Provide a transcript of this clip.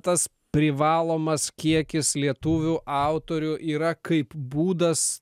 tas privalomas kiekis lietuvių autorių yra kaip būdas